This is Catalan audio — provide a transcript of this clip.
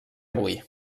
avui